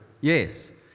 Yes